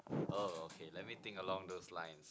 oh okay let me think along those lines